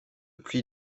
pluie